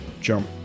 jump